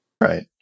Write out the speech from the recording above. Right